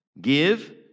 Give